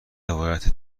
روایت